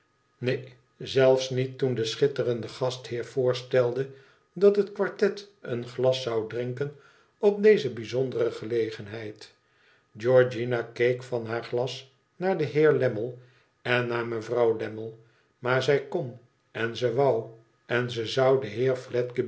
neen zelfsniet toen de schitterende gastheer voorstelde dat het quartet een glas zou drinken op deze bijzondere gelegenheid georgiana keek van haar glas naar den heer lammie en naar mevrouw lammie maar zij kon en ze wou en ze zou den